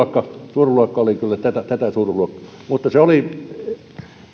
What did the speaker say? suuruusluokka oli kyllä tätä tätä suuruusluokkaa mutta se oli